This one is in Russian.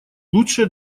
лучшее